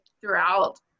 throughout